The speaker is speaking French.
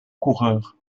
coureur